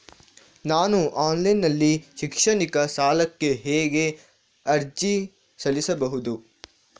ನಾನು ಆನ್ಲೈನ್ ನಲ್ಲಿ ಶೈಕ್ಷಣಿಕ ಸಾಲಕ್ಕೆ ಹೇಗೆ ಅರ್ಜಿ ಸಲ್ಲಿಸಬಹುದು?